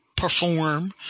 perform